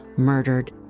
murdered